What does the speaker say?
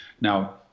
Now